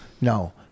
No